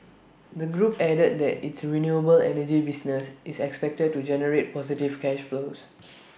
the group added that its renewable energy business is expected to generate positive cash flows